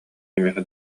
кимиэхэ